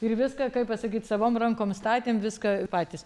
ir viską kaip pasakyt savom rankom statėm viską patys